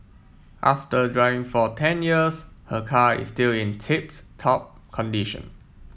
after driving for ten years her car is still in tip top condition